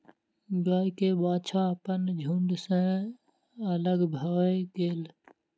गाय के बाछा अपन झुण्ड सॅ अलग भअ गेल